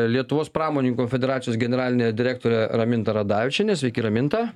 lietuvos pramoninkų konfederacijos generalinė direktorė raminta radavičienė sveiki raminta